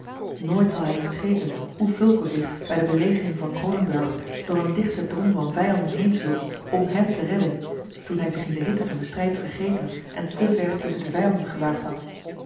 nooit zal hij het vergeten hoe fulco zich bij de belegering van kroonenburg door een dichten drom van vijanden heensloeg om hèm te redden toen hij zich in de hitte van den strijd vergeten en te ver tusschen de vijanden gewaagd had